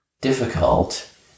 difficult